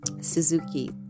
Suzuki